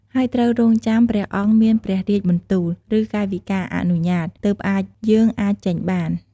ហើយត្រូវរង់ចាំព្រះអង្គមានព្រះរាជបន្ទូល ឬកាយវិការអនុញ្ញាត ទើបអាចយើងអាចចេញបាន។